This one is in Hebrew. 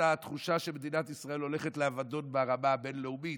התחושה שמדינת ישראל הולכת לאבדון ברמה הבין-לאומית,